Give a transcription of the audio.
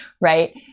right